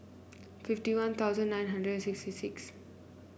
fifty One Thousand and nine hundred and sixty six